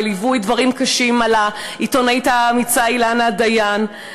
בליווי דברים קשים על העיתונאית האמיצה אילנה דיין,